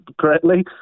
correctly